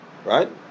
Right